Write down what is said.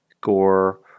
gore